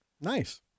Nice